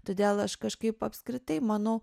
todėl aš kažkaip apskritai manau